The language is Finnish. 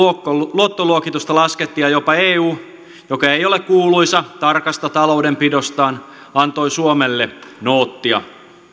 luottoluokitusta laskettiin ja jopa eu joka ei ole kuuluisa tarkasta taloudenpidostaan antoi suomelle noottia